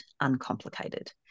uncomplicated